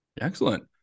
Excellent